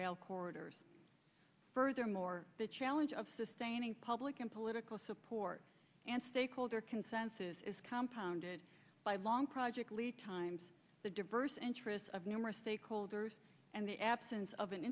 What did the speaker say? rail corridors furthermore the challenge of sustaining public and political support and stakeholder consensus is compound by long project lead times the diverse interests of numerous stakeholders and the absence of an